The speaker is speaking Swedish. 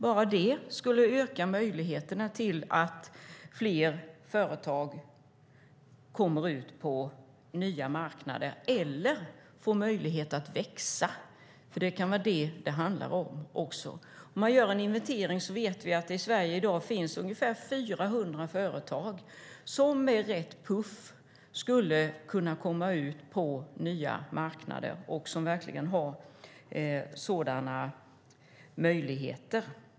Bara det skulle öka möjligheterna att fler företag kommer ut på nya marknader eller får möjlighet att växa, som det också kan handla om. Om man gör en inventering kan man se att det i Sverige i dag finns ungefär 400 företag som med rätt puff skulle kunna komma ut på nya marknader och som verkligen har sådana möjligheter.